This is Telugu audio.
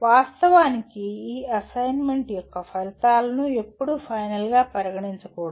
వాస్తవానికి ఈ అసైన్మెంట్ యొక్క ఈ ఫలితాలను ఎప్పుడూ ఫైనల్గా పరిగణించకూడదు